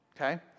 Okay